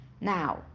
now